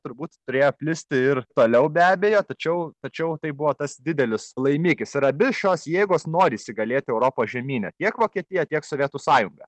turbūt turėjo plisti ir toliau be abejo tačiau tačiau tai buvo tas didelis laimikis ir abi šios jėgos nori įsigalėti europos žemyne tiek vokietija tiek sovietų sąjunga